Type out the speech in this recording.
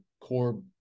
core